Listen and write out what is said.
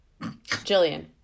Jillian